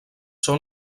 són